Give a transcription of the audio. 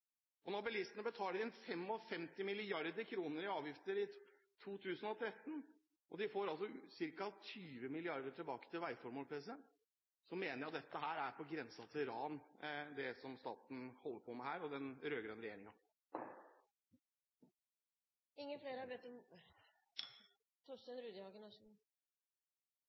Og når bilistene betaler inn 55 mrd. kr i avgifter i 2013, og de får ca. 20 mrd. kr tilbake til veiformål, mener jeg at det er på grensen til ran det staten og den rød-grønne regjeringen her holder på med. Presidenten vil bemerke at ordet «ran» ikke er det mest parlamentariske vi har. Det er sagt ein god del om